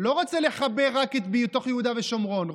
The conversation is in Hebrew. לא רוצים לחבר רק בתוך יהודה ושומרון,